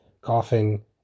Coughing